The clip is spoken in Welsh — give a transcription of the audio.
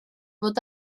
fod